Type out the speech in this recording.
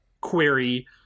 query